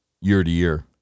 year-to-year